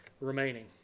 remaining